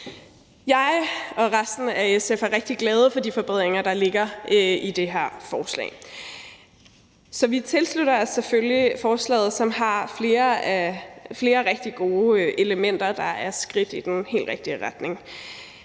Jeg og resten af SF er rigtig glade for de forbedringer, der ligger i det her forslag. Så vi tilslutter os selvfølgelig forslaget, som har flere rigtig gode elementer, der er skridt i den helt rigtige retning.